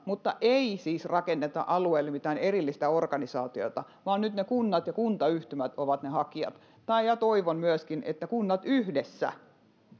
ei siis rakenneta alueille mitään erillistä organisaatiota vaan nyt kunnat ja kuntayhtymät ovat ne hakijat toivon myöskin että kunnat yhdessä